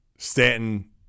Stanton